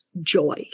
joy